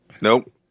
Nope